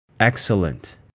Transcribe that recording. Excellent